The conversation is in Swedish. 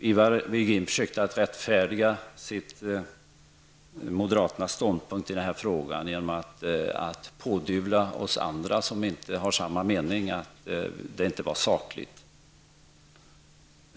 Ivar Virgin försökte att rättfärdiga moderaternas ståndpunkt i den här frågan genom att pådyvla oss andra, som inte har samma mening, att det inte var sakligt.